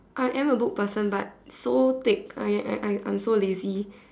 I am a book person but so thick I I I'm so lazy